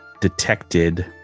detected